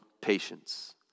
patience